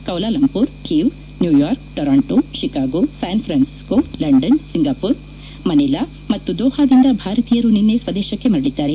Kuala Lumpur Kiev New York Toronto Chicago San Francisco London Singapore Manila ಮತ್ತು ದೋಹಾದಿಂದ ಭಾರತೀಯರು ನಿನ್ನೆ ಸ್ವದೇಶಕ್ಕೆ ಮರಳಿದ್ದಾರೆ